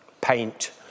paint